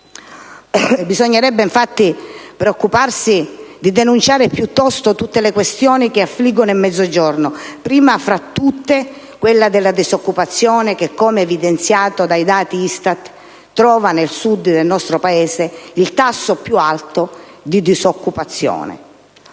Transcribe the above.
Bisognerebbe infatti preoccuparsi di denunciare, piuttosto, tutte le questioni che affliggono il Mezzogiorno, prima fra tutte quella della disoccupazione che, come evidenziato dai dati ISTAT, fa registrare nel Sud del nostro Paese il tasso più alto di disoccupati.